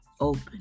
Open